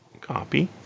copy